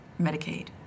Medicaid